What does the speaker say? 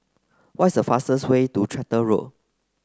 what is a fastest way to Tractor Road